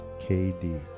KD